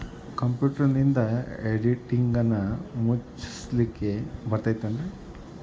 ಕಂಪ್ಯೂಟರ್ನಿಂದ್ ಇಡಿಗಂಟನ್ನ ಮುಚ್ಚಸ್ಲಿಕ್ಕೆ ಬರತೈತೇನ್ರೇ?